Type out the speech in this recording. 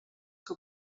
que